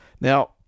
Now